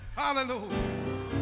Hallelujah